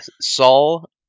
Saul